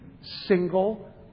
single